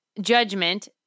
judgment